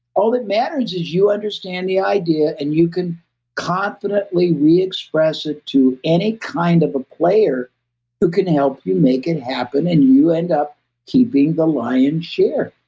all it matters is you understand the idea and you can confidently re-express it to any kind of player who can help you make it happen and you end up keeping the lion's share.